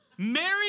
Mary